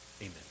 amen